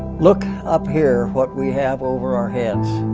look up here, what we have over our heads.